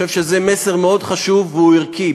אני חושב שזה מסר מאוד חשוב והוא ערכי.